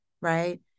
right